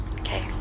Okay